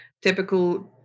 typical